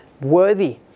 worthy